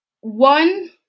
one